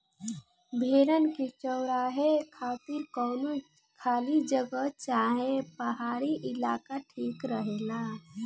भेड़न के चरावे खातिर कवनो खाली जगह चाहे पहाड़ी इलाका ठीक रहेला